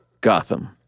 Gotham